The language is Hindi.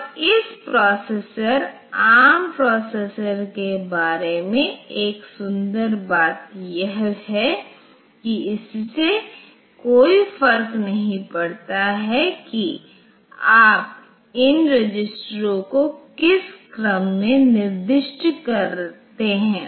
और इस प्रोसेसर एआरएम प्रोसेसर के बारे में एक सुंदर बात यह है कि इससे कोई फर्क नहीं पड़ता कि आप इन रजिस्टरों को किस क्रम में निर्दिष्ट करते हैं